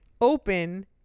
open